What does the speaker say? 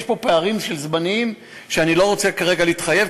יש פה פערים של זמנים שאני לא רוצה כרגע להתחייב,